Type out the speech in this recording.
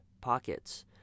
pockets